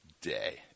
day